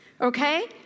okay